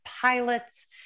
pilots